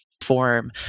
form